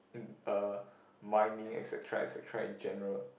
in uh mining et-cetera et-cetera in general